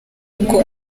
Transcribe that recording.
ubwo